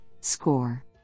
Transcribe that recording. score